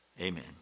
amen